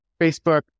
Facebook